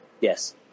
Yes